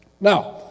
Now